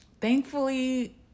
Thankfully